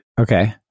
Okay